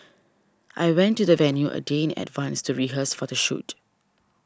I went to the venue a day in advance to rehearse for the shoot